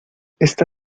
esta